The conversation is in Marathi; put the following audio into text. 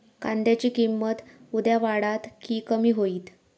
कांद्याची किंमत उद्या वाढात की कमी होईत?